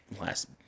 last